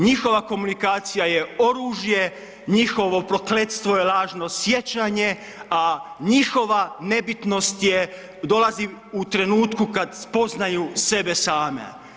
Njihova komunikacija je oružje, njihovo prokletstvo je lažno sjećanje a njihova nebitnost, dolazi u trenutku kad spoznaju sebe same.